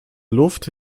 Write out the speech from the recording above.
luft